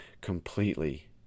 completely